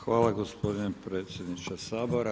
Hvala gospodine predsjedniče Sabora.